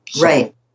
Right